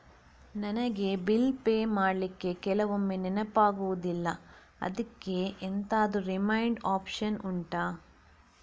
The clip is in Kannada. ನನಗೆ ಬಿಲ್ ಪೇ ಮಾಡ್ಲಿಕ್ಕೆ ಕೆಲವೊಮ್ಮೆ ನೆನಪಾಗುದಿಲ್ಲ ಅದ್ಕೆ ಎಂತಾದ್ರೂ ರಿಮೈಂಡ್ ಒಪ್ಶನ್ ಉಂಟಾ